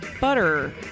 butter